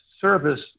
service